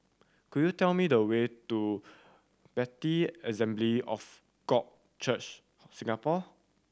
could you tell me the way to Bethel Assembly of God Church Singapore